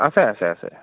আছে আছে আছে